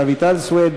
רויטל סויד,